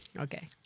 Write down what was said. Okay